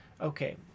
Okay